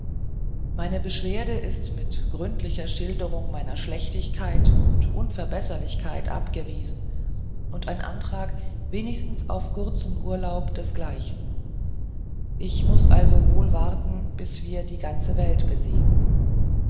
meine beschwerde ist mit gründlicher schilderung meiner schlechtigkeit und unverbesserlichkeit abgewiesen und ein antrag wenigstens auf kurzen urlaub desgleichen ich muß also wohl warten bis wir die ganze welt besiegen